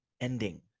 ending